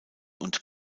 und